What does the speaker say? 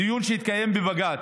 בדיון שהתקיים בבג"ץ,